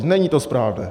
Není to správné.